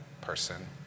person